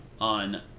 on